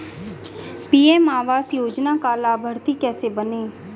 PM आवास योजना का लाभर्ती कैसे बनें?